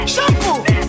Shampoo